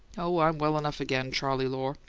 oh, i'm well enough again, charley lohr,